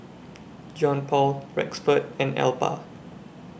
Johnpaul Rexford and Elba